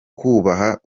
kubaha